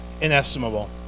Inestimable